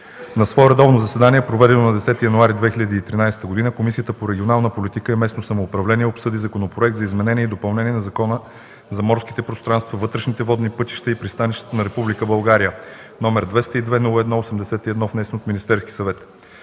На свое редовно заседание, проведено на 10 януари 2013 г., Комисията по регионална политика и местно самоуправление обсъди Законопроект за изменение и допълнение на Закона за морските пространства, вътрешните водни пътища и пристанищата на Република България, № 202-01-81, внесен от Министерския съвет.